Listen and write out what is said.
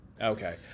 Okay